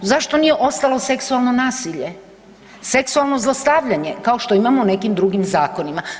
Zašto nije ostalo seksualno nasilje, seksualno zlostavljanje kao što imamo u nekim drugim zakonima?